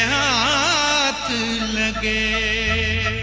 aa a